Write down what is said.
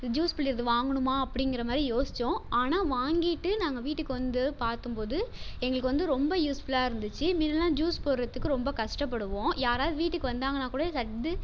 juice புழியறது வாங்கணுமா அப்படிங்குறமாதிரி யோசித்தோம் ஆனால் வாங்கிட்டு நாங்கள் வீட்டுக்கு வந்து பார்த்தபோது எங்களுக்கு வந்து ரொம்ப யூஸ்ஃபுல்லாகருந்துச்சு முன்னெலாம் ஜூஸ் போடுறதுக்கு ரொம்ப கஷ்டப்படுவோம் யாராவது வீட்டுக்கு வந்தாங்கனாக்கூட சட்டு